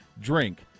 Drink